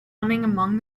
among